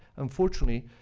unfortunately,